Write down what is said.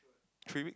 three week